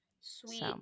Sweet